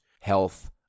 Health